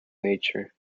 nature